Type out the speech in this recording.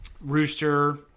Rooster